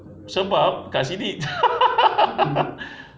sebab kat sini